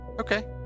Okay